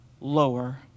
lower